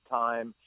time